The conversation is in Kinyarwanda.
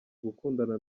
gukundana